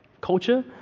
culture